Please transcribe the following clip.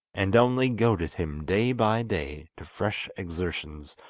and only goaded him day by day to fresh exertions,